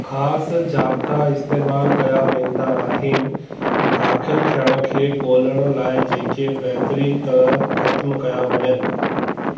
ख़ासि ज़ाब्ता इस्तेमालु कया वेंदा आहिनि दाख़िलु ल थियण खे गोल्हण लाइ जेके बहतरीन तरह ख़तमु कया वञनि